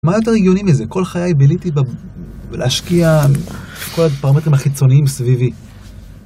מה יותר הגיוני מזה? כל חיי ביליתי ב... בלהשקיע כל הפרמטרים החיצוניים סביבי.